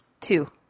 Two